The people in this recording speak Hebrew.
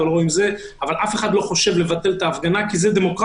אבל אף אחד לא חושב לבטל את ההפגנה כי זאת דמוקרטיה,